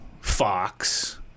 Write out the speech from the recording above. Fox